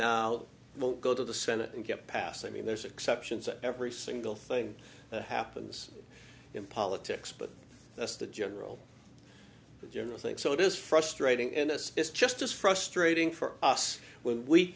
now will go to the senate and get passed i mean there's exceptions at every single thing that happens in politics but that's the general the general thing so it is frustrating and this is just as frustrating for us when we